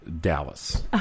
Dallas